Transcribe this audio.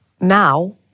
Now